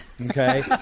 Okay